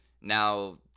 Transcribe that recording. now